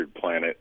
planet